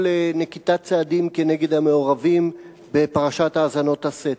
נקיטת צעדים כנגד המעורבים בפרשת האזנות הסתר.